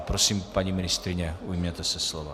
Prosím, paní ministryně, ujměte se slova.